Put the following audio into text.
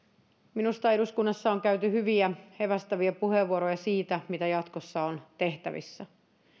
minusta eduskunnassa on käyty hyviä evästäviä puheenvuoroja siitä mitä jatkossa on tehtävissä